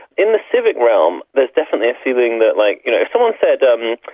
in the civic realm there's definitely a feeling that, like you know if someone said, um